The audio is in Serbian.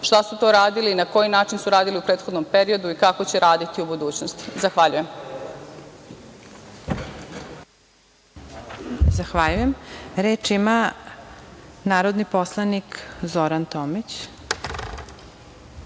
šta su to radili, na koji način su radili u prethodnom periodu i kako će raditi u budućnosti. Zahvaljujem. **Elvira Kovač** Zahvaljujem. Reč ima narodni poslanik Zoran